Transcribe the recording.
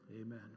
amen